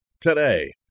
Today